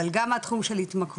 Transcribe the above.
אבל גם התחום של התמכרויות,